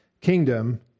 kingdom